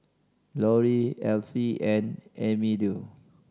Lorri Effie and Emilio